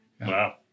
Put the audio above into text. Wow